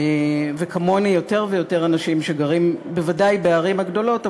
וכמוני יותר ויותר אנשים שגרים בוודאי בערים הגדולות,